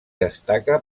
destaca